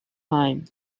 time